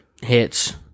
Hits